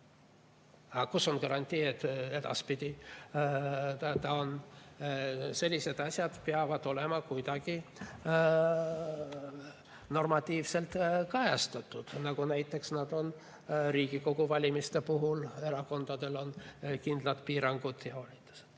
kus on garantii, et edaspidi on? Sellised asjad peavad olema kuidagi normatiivselt kajastatud, nagu näiteks Riigikogu valimiste puhul on erakondadel kindlad piirangud ja nii edasi.